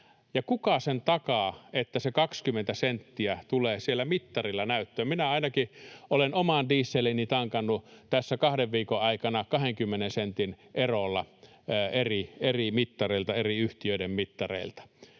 kuka sen takaa, että se 20 senttiä tulee siellä mittarilla näyttöön? Minä ainakin olen oman dieselini tankannut tässä kahden viikon aikana 20 sentin erolla eri yhtiöiden mittareilta.